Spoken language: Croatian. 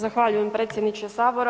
Zahvaljujem, predsjedniče Sabora.